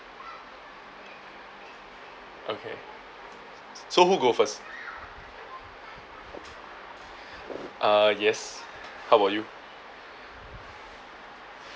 okay so who go first uh yes how about you